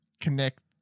connect